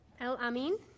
El-Amin